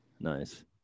Nice